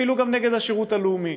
אפילו גם נגד השירות הלאומי,